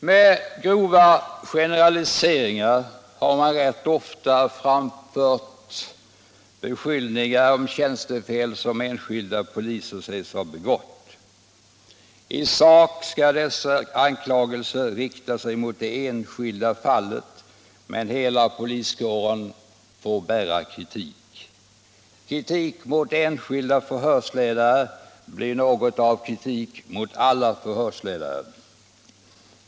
Med grova generaliseringar har man rätt ofta framfört beskyllningar om tjänstefel som enskilda poliser sägs ha begått. I sak skall dessa anklagelser rikta sig mot det enskilda fallet, men hela poliskåren får bära kritiken. Kritik mot enskilda förhörsledare blir något av en kritik mot alla förhörsledare.